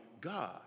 God